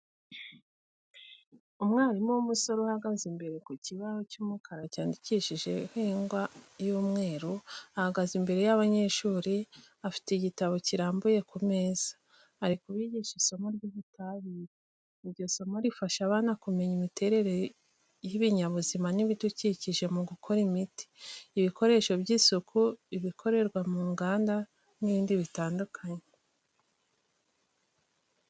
Umwarimu w'umusore uhagaze imbere ku kibaho cy'umukara cyandikishijeho ingwa y'umweru, ahagaze imbere y'abanyeshuri afite igitabo kirambuye ku meza. Ari kubigisha isomo ry'ubutabire. Iryo somo rifasha abana kumenya imiterere y’ibinyabuzima n’ibidukikije mu gukora imiti, ibikoresho by'isuku, ibikorerwa mu nganda n'ibindi bitandukanye.